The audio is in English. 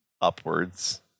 upwards